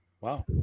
Wow